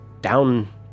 down